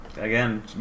again